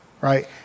Right